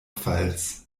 pfalz